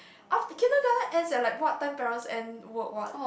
af~ kindergarten ends at like what time parents end work what